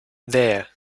there